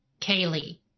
Kaylee